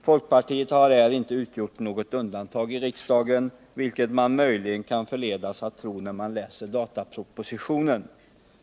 Folkpartiet har här inte utgjort något undantag i riksdagen, vilket man möjligen kan förledas att tro när man läser datapropositionen.